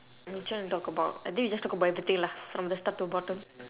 which one we talk about I think we just talk about everything lah from the start to bottom